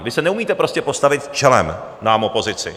Vy se neumíte prostě postavit čelem nám, opozici.